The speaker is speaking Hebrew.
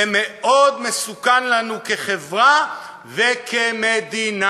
ומאוד מסוכן לנו כחברה וכמדינה.